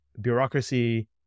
bureaucracy